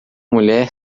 mulher